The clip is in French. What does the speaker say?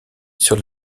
sur